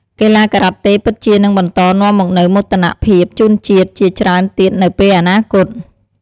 កីឡាការ៉ាតេពិតជានឹងបន្តនាំមកនូវមោទនភាពជូនជាតិជាច្រើនទៀតនៅពេលអនាគត។